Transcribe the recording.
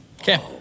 Okay